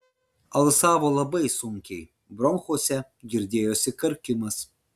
alsavo labai sunkiai bronchuose girdėjosi karkimas